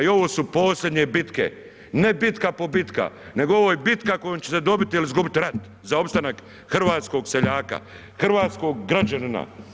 I ovo su posljednje bitke, ne bitka po bitka, nego ovo je bitka kojom ćete dobit ili izgubit rat za opstanak hrvatskog seljaka, hrvatskog građanina.